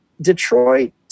Detroit